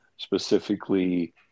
specifically